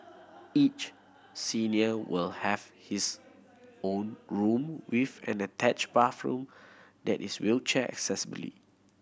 each senior will have his own room with an attached bathroom that is wheelchair accessibly